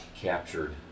captured